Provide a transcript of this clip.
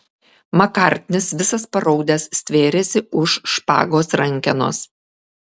makartnis visas paraudęs stvėrėsi už špagos rankenos